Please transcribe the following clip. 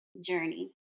journey